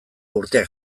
urteak